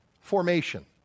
formation